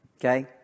okay